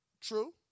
True